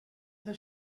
does